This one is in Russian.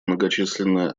многочисленная